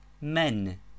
Men